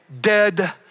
dead